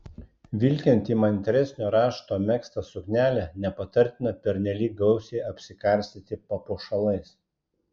vilkint įmantresnio rašto megztą suknelę nepatartina pernelyg gausiai apsikarstyti papuošalais